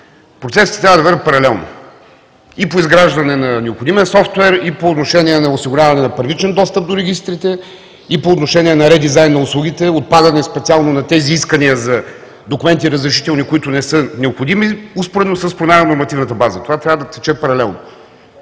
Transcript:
Процесите трябва да вървят паралелно – и по изграждане на необходимия софтуер, и по отношение на осигуряване на първичен достъп до регистрите, и по отношение на редизайн на услугите – отпадане специално на тези искания за документи и разрешителни, които не са необходими, успоредно с промяна на нормативната база. Това трябва да тече паралелно,